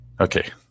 Okay